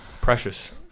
precious